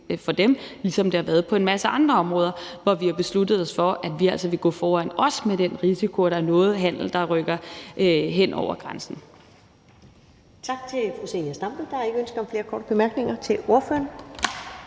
for dem, ligesom det har været på en masse andre områder, hvor vi har besluttet os for, at vi altså vil gå foran, også med den risiko, at der er noget handel, der rykker hen over grænsen.